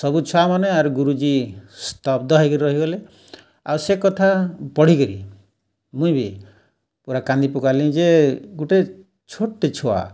ସବୁ ଛୁଆମାନେ ଆର୍ ଗୁରୁଜୀ ସ୍ତବ୍ଦ ହେଇକି ରହିଗଲେ ଆଉ ସେ କଥା ପଢ଼ିକିରି ମୁଇଁ ବି ପୁରା କାନ୍ଦି ପକାଲି ଯେ ଗୁଟେ ଛୋଟ୍ଟେ ଛୁଆ